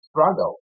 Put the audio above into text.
struggle